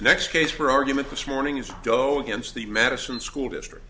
the next case for argument this morning is go against the madison school district